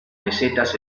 mesetas